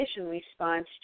response